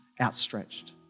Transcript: outstretched